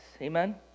amen